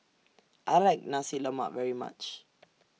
I like Nasi Lemak very much